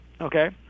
okay